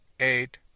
eight